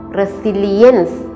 resilience